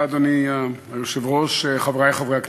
אדוני היושב-ראש, תודה, חברי חברי הכנסת,